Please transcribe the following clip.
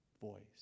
voice